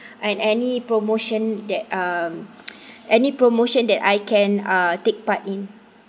and any promotion that um any promotion that I can uh take part in